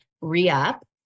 re-up